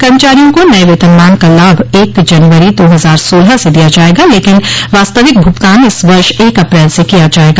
कर्मचारियों को नये वेतनमान का लाभ एक जनवरी दो हजार सोलह से दिया जायेगा लेकिन वास्तविक भूगतान इस वर्ष एक अप्रैल से किया जायेगा